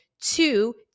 two